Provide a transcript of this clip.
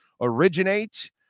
originate